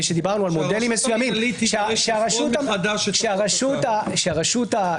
כשדיברנו על מודלים מסוימים שהרשות השופטת